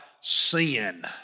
sin